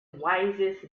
wisest